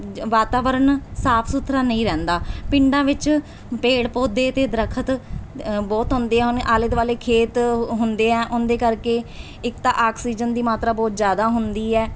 ਵਾਤਾਵਰਨ ਸਾਫ਼ ਸੁਥਰਾ ਨਹੀਂ ਰਹਿੰਦਾ ਪਿੰਡਾਂ ਵਿੱਚ ਪੇੜ ਪੌਦੇ ਅਤੇ ਦਰੱਖਤ ਬਹੁਤ ਹੁੰਦੇ ਹਨ ਆਲੇ ਦੁਆਲੇ ਖੇਤ ਹੁੰਦੇ ਆ ਉਹਨਾਂ ਦੇ ਕਰਕੇ ਇੱਕ ਤਾਂ ਆਕਸੀਜਨ ਦੀ ਮਾਤਰਾ ਬਹੁਤ ਜ਼ਿਆਦਾ ਹੁੰਦੀ ਹੈ